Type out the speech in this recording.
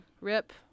Rip